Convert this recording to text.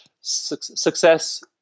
success